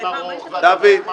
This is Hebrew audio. יום לימודים ארוך והטבות מס